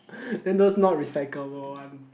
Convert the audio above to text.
then those not recyclable one